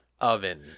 oven